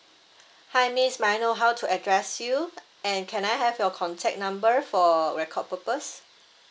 hi miss may I know how to address you and can I have your contact number for record purpose